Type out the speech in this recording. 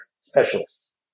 specialists